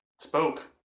Spoke